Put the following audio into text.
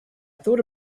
thought